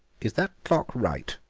is that clock right?